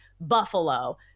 Buffalo